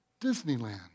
Disneyland